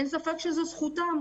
אין ספק שזו זכותם.